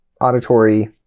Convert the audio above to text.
auditory